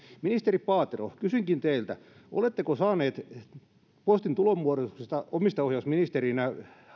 ministeri paatero kysynkin teiltä oletteko saanut postin tulonmuodostuksesta omistajaohjausministerinä